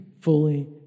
fully